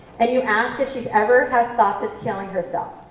and you ask if she's ever had thoughts of killing herself.